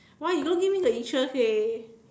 !wah! you don't give me the interest eh